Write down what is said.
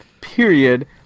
period